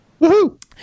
Woohoo